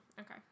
Okay